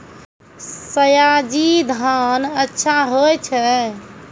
सयाजी धान अच्छा होय छै?